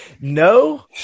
no